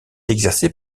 exercé